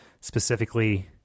specifically